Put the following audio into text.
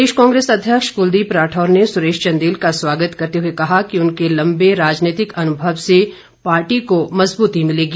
प्रदेश कांग्रेस अध्यक्ष कुलदीप राठौर ने सुरेश चंदेल का स्वागत करते हए कहा कि उनके लंबे राजनीतिक अनुभव से पार्टी को मजबूती मिलेगी